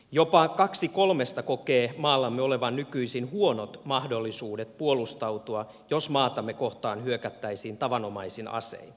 jopa kaksi kolmesta kokee maallamme olevan nykyisin huonot mahdollisuudet puolustautua jos maatamme kohtaan hyökättäisiin tavanomaisin asein